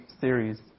series